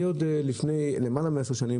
אני עוד לפני למעלה מעשר שנים,